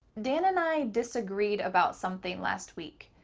dan and i disagreed about something last week.